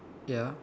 ya